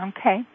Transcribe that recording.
Okay